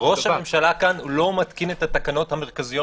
ראש הממשלה כאן לא מתקין את התקנות המרכזיות